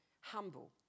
humble